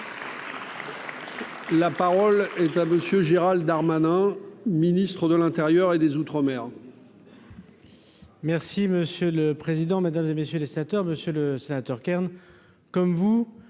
La parole est à monsieur. Que Gérald Darmanin Ministre de l'Intérieur et des Outre-mer.